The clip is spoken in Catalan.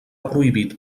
prohibit